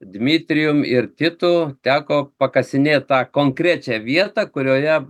dmitrijumi ir titu teko pakasinėt tą konkrečią vietą kurioje